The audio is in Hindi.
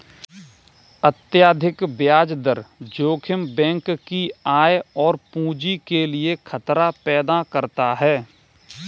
अत्यधिक ब्याज दर जोखिम बैंक की आय और पूंजी के लिए खतरा पैदा करता है